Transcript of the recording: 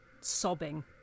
sobbing